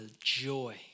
joy